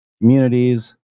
communities